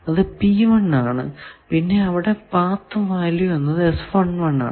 അത് P 1 ആണ് പിന്നെ അവിടെ പാത്ത് വാല്യൂ എന്നത് ആണ്